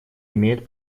имеет